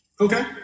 Okay